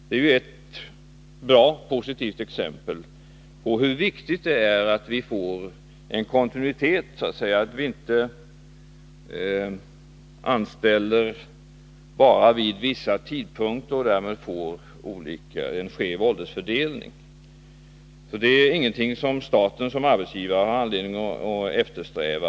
Det är ett bra och positivt exempel på hur viktigt det är att man får kontinuitet — inte anställer bara vid vissa tidpunkter och därmed får en skev åldersfördelning. Att få något slags tvärstopp är ingenting som staten som arbetsgivare har anledning att eftersträva.